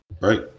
right